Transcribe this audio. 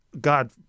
God